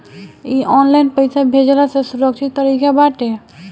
इ ऑनलाइन पईसा भेजला से सुरक्षित तरीका बाटे